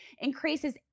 increases